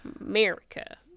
america